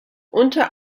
unter